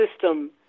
system